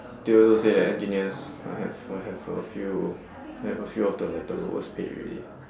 they also say that engineers might have might have a few they have a few of the like the lowest paid already